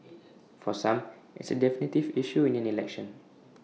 for some it's A definitive issue in an election